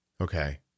Okay